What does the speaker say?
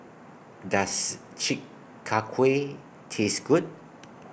Does Chi Kak Kuih Taste Good